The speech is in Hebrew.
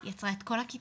היא עצרה את כל הכיתה,